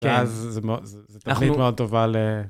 אז זה תכנית מאוד טובה ל...